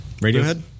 Radiohead